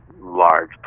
large